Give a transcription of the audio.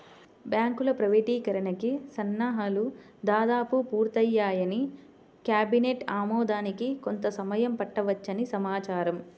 బ్యాంకుల ప్రైవేటీకరణకి సన్నాహాలు దాదాపు పూర్తయ్యాయని, కేబినెట్ ఆమోదానికి కొంత సమయం పట్టవచ్చని సమాచారం